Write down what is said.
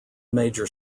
major